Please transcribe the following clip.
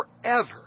forever